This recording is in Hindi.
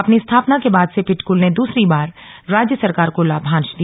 अपनी स्थापना के बाद से पिटकुल ने दूसरी बार राज्य सरकार को लाभांश दिया